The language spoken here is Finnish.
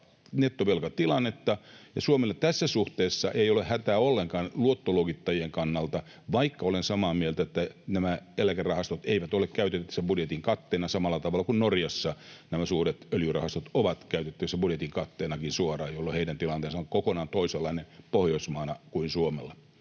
nettovelkatilannetta. Ja Suomella tässä suhteessa ei ole hätää ollenkaan luottoluokittajien kannalta, vaikka olen samaa mieltä, että nämä eläkerahastot eivät ole käytettävissä budjetin katteena samalla tavalla kuin Norjassa, jossa nämä suuret öljyrahastot ovat käytettävissä budjetin katteenakin suoraan, jolloin heidän tilanteensa on kokonaan toisenlainen Pohjoismaana kuin Suomella.